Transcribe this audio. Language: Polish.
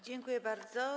Dziękuję bardzo.